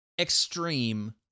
extreme